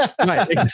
Right